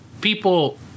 people